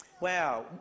wow